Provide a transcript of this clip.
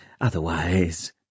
otherwise